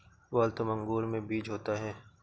Waltham अंगूर में बीज होता है